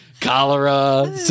Cholera